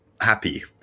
happy